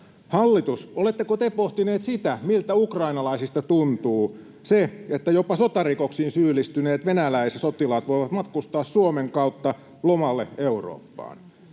Hallitus, oletteko te pohtineet sitä, miltä ukrainalaisista tuntuu se, että jopa sotarikoksiin syyllistyneet venäläissotilaat voivat matkustaa Suomen kautta lomalle Eurooppaan?